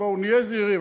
בואו, נהיה זהירים.